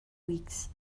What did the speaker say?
weeks